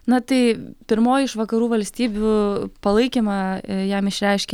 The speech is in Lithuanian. na tai pirmoji iš vakarų valstybių palaikymą jam išreiškė